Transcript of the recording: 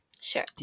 Sure